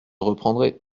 reprendrai